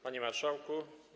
Panie Marszałku!